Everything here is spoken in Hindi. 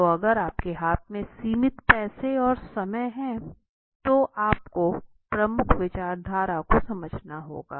तो अगर आपके हाथ में सीमित पैसे और समय हैं तो आप को प्रमुख विचारधारा को समझना होगा